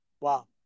Wow